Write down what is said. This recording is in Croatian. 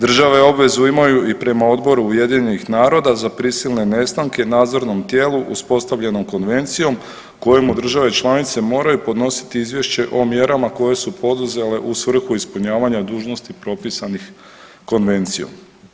Države obvezu imaju i prema Odboru Ujedinjenih naroda za prisilne nestanke nadzornom tijelu uspostavljenom Konvencijom kojemu države članice moraju podnositi izvješće o mjerama koje su poduzele u svrhu ispunjavanja dužnosti propisanih Konvencijom.